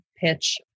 pitch